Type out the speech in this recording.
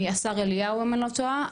השר אליהו, אם אני לא טועה.